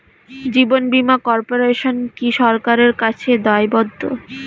জীবন বীমা কর্পোরেশন কি সরকারের কাছে দায়বদ্ধ?